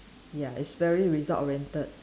ya it's very result orientated